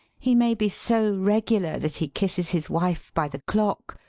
he may be so regular that he kisses his wife by the clock,